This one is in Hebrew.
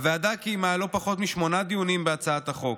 הוועדה קיימה לא פחות משמונה דיונים בהצעת החוק,